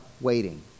waiting